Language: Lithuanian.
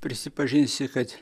prisipažinsiu kad